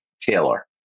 Taylor